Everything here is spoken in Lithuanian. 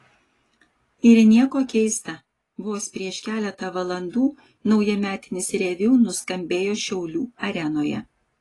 ir nieko keista vos prieš keletą valandų naujametinis reviu nuskambėjo šiaulių arenoje